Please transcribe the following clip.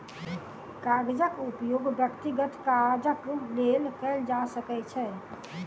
कागजक उपयोग व्यक्तिगत काजक लेल कयल जा सकै छै